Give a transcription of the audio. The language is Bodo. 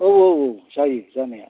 औ औ औ जायो जानाया